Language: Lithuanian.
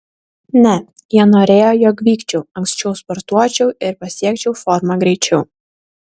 ne jie norėjo jog vykčiau anksčiau sportuočiau ir pasiekčiau formą greičiau